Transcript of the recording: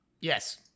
Yes